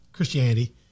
Christianity